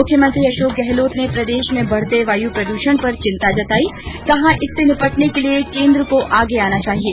मुख्यमंत्री अशोक गहलोत ने प्रदेश में बढ़ते वायू प्रदूषण पर चिंता जताई कहा इससे निपटने के लिए केन्द्र को आगे आना चाहिए